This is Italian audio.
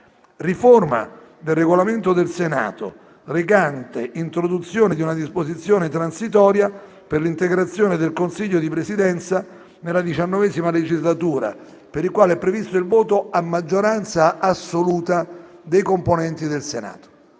riforma del Regolamento del Senato recante introduzione di una disposizione transitoria per l'integrazione del Consiglio di Presidenza nella XIX legislatura, per il quale è previsto il voto a maggioranza assoluta dei componenti del Senato.